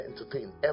entertain